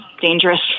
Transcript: dangerous